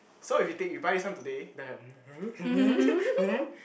so if you take you buy this one today then I um !huh! !huh! !huh!